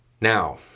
Now